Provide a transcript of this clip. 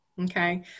okay